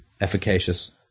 efficacious